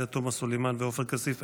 עאידה תומא סלימאן ועופר כסיף,